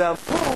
ואמרו: